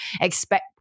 expect